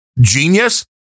genius